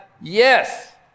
Yes